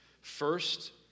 First